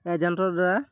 এজেন্টৰ দ্বাৰা